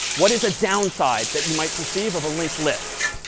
what is a downside that you might perceive of a linked list?